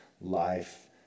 life